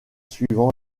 suivant